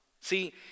See